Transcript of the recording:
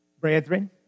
brethren